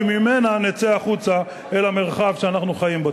וממנה נצא החוצה אל המרחב שאנחנו חיים בו.